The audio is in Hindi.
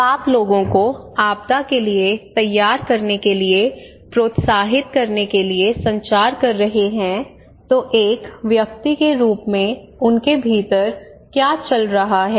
जब आप लोगों को आपदा के लिए तैयार करने के लिए प्रोत्साहित करने के लिए संचार कर रहे हैं तो एक व्यक्ति के रूप में उनके भीतर क्या चल रहा है